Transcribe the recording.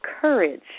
courage